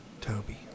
Toby